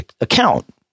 account